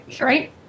right